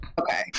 okay